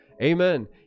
Amen